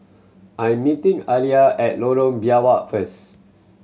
I'm meeting Alia at Lorong Biawak first